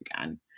again